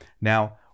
Now